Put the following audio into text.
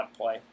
play